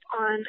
on